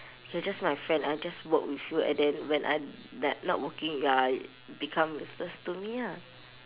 you're just my friend I just work with you and then when I'm like not working you're become useless to me ah